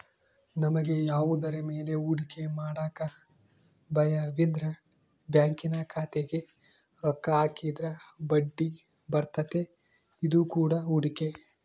ನಮಗೆ ಯಾವುದರ ಮೇಲೆ ಹೂಡಿಕೆ ಮಾಡಕ ಭಯಯಿದ್ರ ಬ್ಯಾಂಕಿನ ಖಾತೆಗೆ ರೊಕ್ಕ ಹಾಕಿದ್ರ ಬಡ್ಡಿಬರ್ತತೆ, ಇದು ಕೂಡ ಹೂಡಿಕೆ